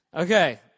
Okay